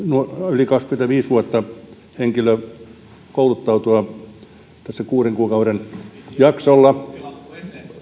yli kaksikymmentäviisi vuotias henkilö kouluttautua kuuden kuukauden jaksolla